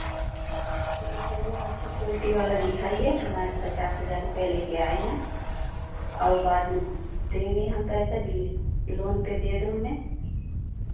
ठीक है हमें अच्छी क्वालटी वाला दिखाइए हमारे पचास हज़ार रुपैया ले कर आए हैं और बाद में देंगे हम पैसा दे लोन पर दे दो हमें